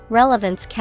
Relevance